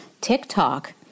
TikTok